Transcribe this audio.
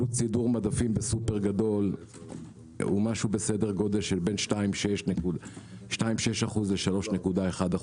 עלות סידור מדפים בסופר גדול הוא בין 2.6% ל-3.1%.